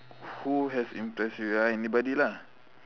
who has impressed you ah anybody lah